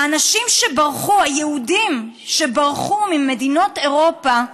האנשים שברחו, היהודים שברחו ממדינות אירופה,